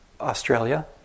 Australia